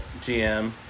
GM